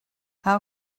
how